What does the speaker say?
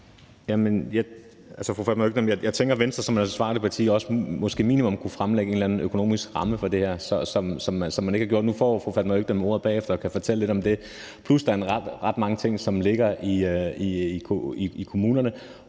jeg tænker, at Venstre som et ansvarligt parti også måske som minimum kunne fremlægge en eller anden økonomisk ramme for det her, hvilket man ikke har gjort – nu får fru Fatma Øktem ordet bagefter og kan fortælle lidt om det – plus at der er ret mange ting, som ligger i kommunerne,